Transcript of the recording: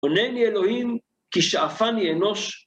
עונה לי, אלוהים, כי שאפה לי אנוש.